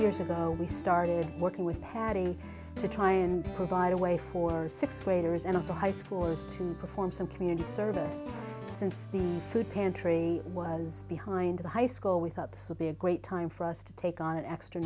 years ago we started working with patty to try and provide a way for sixth graders and also high schoolers to perform some community service since the food pantry was behind the high school we thought this would be a great time for us to take on an extra